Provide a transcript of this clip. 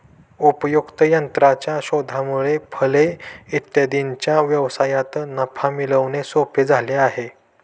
उपयुक्त यंत्राच्या शोधामुळे फळे इत्यादींच्या व्यवसायात नफा मिळवणे सोपे झाले आहे